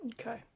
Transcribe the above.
Okay